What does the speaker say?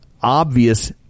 obvious